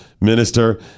minister